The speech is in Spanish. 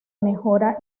mejora